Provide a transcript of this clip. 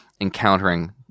encountering